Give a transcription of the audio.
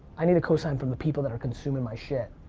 i need a co-sign from the people that are consuming my shit.